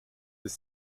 des